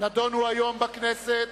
נדונו היום בכנסת,